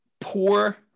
Poor